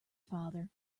father